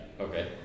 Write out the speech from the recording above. Okay